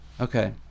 Okay